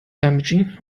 damaging